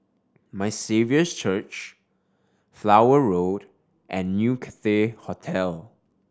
My Saviour's Church Flower Road and New Cathay Hotel